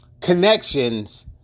connections